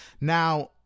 now